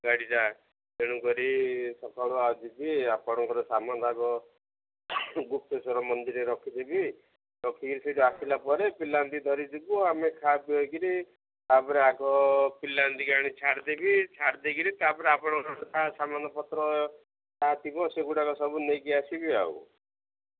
ଗାଡ଼ିଟା ତେଣୁକରି ସକାଳୁ ଆଉ ଯିବି ଆପଣଙ୍କର ସାାମାନ ଆଗ ଗୁପ୍ତେଶ୍ୱର ମନ୍ଦିରରେ ରଖିଥିବି ରଖିକିରି ସେଇଠୁ ଆସିଲା ପରେ ପିଲାଙ୍କୁ ଧରି ଯିବୁ ଆମେ ଖାଇ ପିଇକରି ତାପରେ ଆଗ ପିଲାଙ୍କୁ ଆଣି ଛାଡ଼ିଦେବି ଛାଡ଼ିଦେଇକରି ତାପରେ ଆପଣଙ୍କର ସାାମାନ ପତ୍ର ଯାହା ଥିବ ସେଗୁଡ଼ାକ ସବୁ ନେଇକି ଆସିବି ଆଉ